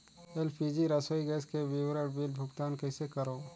LPG रसोई gas के विवरण बिल भुगतान कइसे करों?